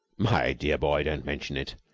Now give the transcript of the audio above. my dear boy, don't mention it.